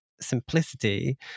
simplicity